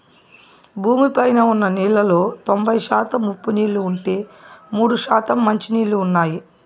భూమి పైన ఉన్న నీళ్ళలో తొంబై శాతం ఉప్పు నీళ్ళు ఉంటే, మూడు శాతం మంచి నీళ్ళు ఉన్నాయి